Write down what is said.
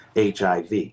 HIV